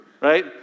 right